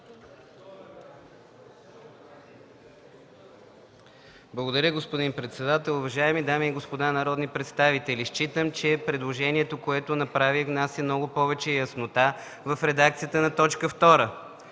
Благодаря, господин председател. Уважаеми дами и господа народни представители, считам, че предложението, което направих, внася много повече яснота в редакцията на точка втора.